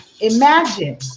Imagine